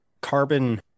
carbon